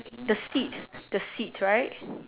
the sit the sit right